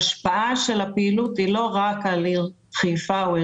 ההשפעה של הפעילות היא לא רק על העיר חיפה או על